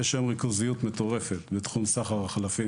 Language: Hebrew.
יש היום ריכוזיות מטורפת מתחום של סחר החלפים.